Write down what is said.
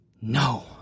No